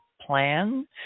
plan